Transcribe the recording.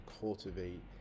cultivate